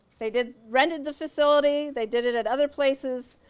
they did, rented the facility, they did it at other places,